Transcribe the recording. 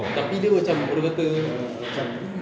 tapi dia macam orang kata macam